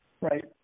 Right